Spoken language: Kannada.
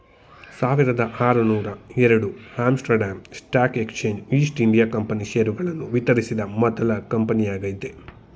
ಸಾವಿರದಆರುನೂರುಎರಡು Amsterdam stock exchange East India company ಷೇರುಗಳನ್ನು ವಿತರಿಸಿದ ಮೊದ್ಲ ಕಂಪನಿಯಾಗೈತೆ